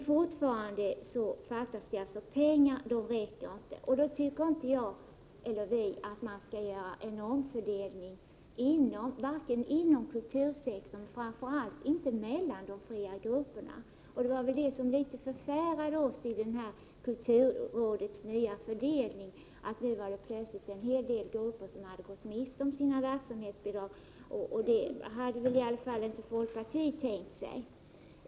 Fortfarande fattas det pengar. Då tycker vi inte att det skall göras en omfördelning inom kultursektorn och framför allt inte mellan de fria grupperna. Det som förfärade oss i kulturrådets nya fördelning var att en hel del grupper plötsligt hade gått miste om sina verksamhetsbidrag. Det hade i varje fall inte folkpartiet tänkt sig.